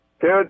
Dude